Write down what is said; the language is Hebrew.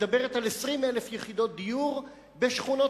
מדברת על 20,000 יחידות דיור בשכונות